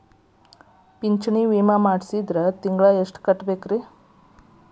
Pension ವಿಮಾ ಮಾಡ್ಸಿದ್ರ ತಿಂಗಳ ಎಷ್ಟು ಕಟ್ಬೇಕ್ರಿ?